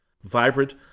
Vibrant